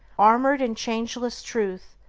armored in changeless truth,